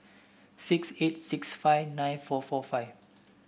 six eight six five nine four four five